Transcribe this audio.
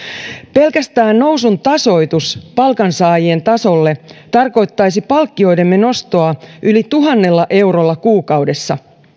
pelkästään nousun tasoitus palkansaajien tasolle tarkoittaisi palkkioidemme nostoa yli tuhannella eurolla kuukaudessa